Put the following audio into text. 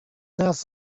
nas